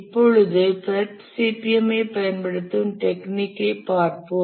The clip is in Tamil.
இப்பொழுது PERT CPM ஐப் பயன்படுத்தும் டெக்னிக்கை பார்ப்போம்